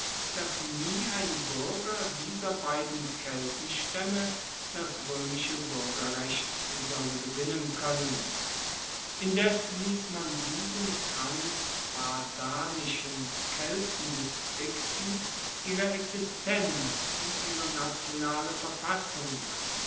dass nie ein buerger dieser beiden keltenstaemme das roemische buergerrecht solle gewinnen koennen indes liess man diesen transpadanischen keltendistrikten ihre existenz und ihre nationale verfassung